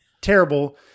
terrible